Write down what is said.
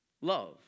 love